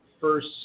first